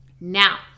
Now